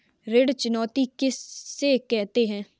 ऋण चुकौती किसे कहते हैं?